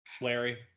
Larry